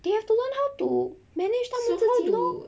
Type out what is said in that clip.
they have to learn how to manage 他们自己 lor